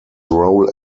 role